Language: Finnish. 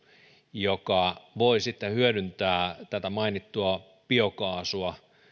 joka voi sitten hyödyntää tätä mainittua biokaasua